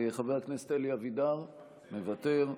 חבר הכנסת אלי אבידר, מוותר.